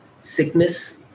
Sickness